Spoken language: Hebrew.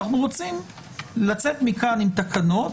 אנחנו רוצים לצאת מכאן עם תקנות,